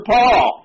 Paul